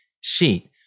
sheet